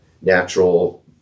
natural